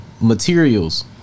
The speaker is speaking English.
materials